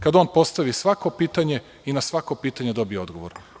Kad on postavi svako pitanje i na svako pitanje dobije odgovor.